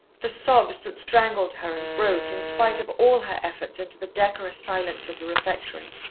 the sobs that strangled her and broke in spite of all her efforts into the decorous silence of the refectory,